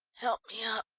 help me up,